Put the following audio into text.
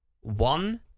one